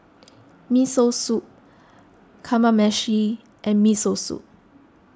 Miso Soup Kamameshi and Miso Soup